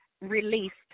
released